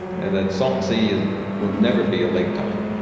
and the salton sea will never be a lake tahoe,